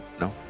no